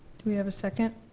do we have a second?